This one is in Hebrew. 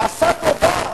עשה טובה,